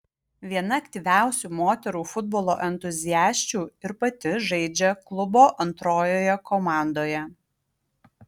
viena aktyviausių moterų futbolo entuziasčių ir pati žaidžia klubo antrojoje komandoje